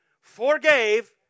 forgave